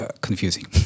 confusing